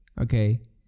okay